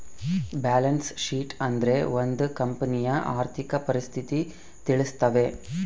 balance sheet ಅಂದ್ರೆ ಒಂದ್ ಕಂಪನಿಯ ಆರ್ಥಿಕ ಪರಿಸ್ಥಿತಿ ತಿಳಿಸ್ತವೆ